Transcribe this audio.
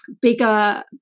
bigger